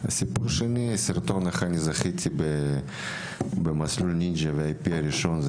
והסיפור השני הוא סרטון של איך זכיתי במסלול נינג'ה VIP הראשון.